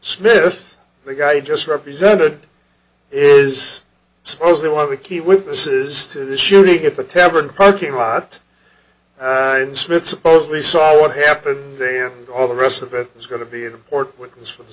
smith the guy just represented is supposedly one of the key witnesses to the shooting at the tavern parking lot and smith supposedly saw what happened all the rest of it is going to be an important witness for the